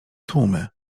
tłumy